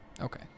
Okay